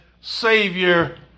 Savior